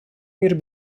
мир